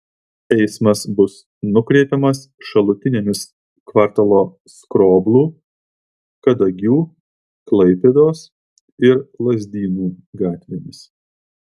eismas bus nukreipiamas šalutinėmis kvartalo skroblų kadagių klaipėdos ir lazdynų gatvėmis